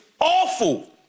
awful